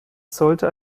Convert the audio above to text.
sollte